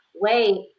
wait